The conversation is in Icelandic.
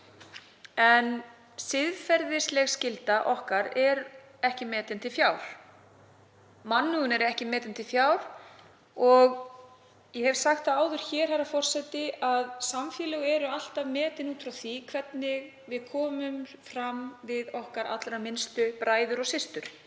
en siðferðisleg skylda okkar verður ekki metin til fjár. Mannúðin verður ekki metin til fjár og ég hef sagt það áður, herra forseti, að samfélög eru alltaf metin út frá því hvernig við komum fram við okkar allra minnstu bræður og systur.